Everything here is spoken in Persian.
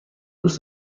دوست